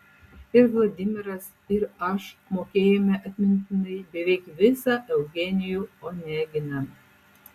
ir vladimiras ir aš mokėjome atmintinai beveik visą eugenijų oneginą